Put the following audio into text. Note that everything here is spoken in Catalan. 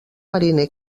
mariner